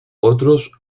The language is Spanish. otros